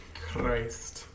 Christ